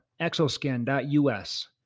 exoskin.us